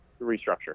restructure